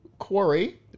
Quarry